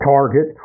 Target